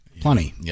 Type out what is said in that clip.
Plenty